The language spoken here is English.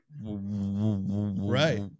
Right